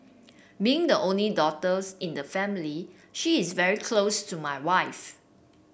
being the only daughters in the family she is very close to my wife